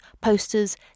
posters